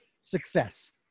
success